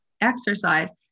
exercise